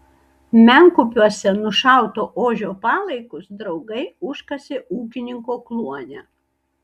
menkupiuose nušauto ožio palaikus draugai užkasė ūkininko kluone